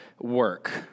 work